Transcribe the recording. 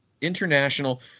international –